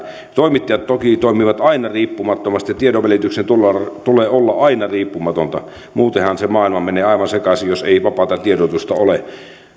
toimittajat toki toimivat aina riippumattomasti ja tiedonvälityksen tulee olla aina riippumatonta muutenhan se maailma menee aivan sekaisin jos ei vapaata tiedotusta ole